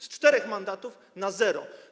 Z czterech mandatów na zero.